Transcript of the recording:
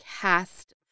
cast